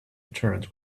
returns